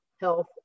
health